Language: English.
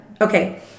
okay